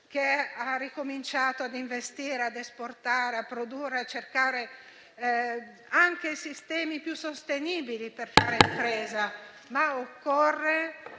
chi ha ricominciato a investire, a esportare, a produrre, a cercare anche sistemi più sostenibili per fare impresa. Occorre